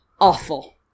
awful